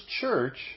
church